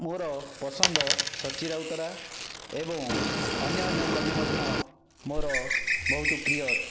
ମୋର ପସନ୍ଦ ସଚୀ ରାଉତରାୟ ଏବଂ ଅନ୍ୟ ଅନ୍ୟ କବି ମଧ୍ୟ ମୋର ବହୁତ ପ୍ରିୟ